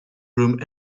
room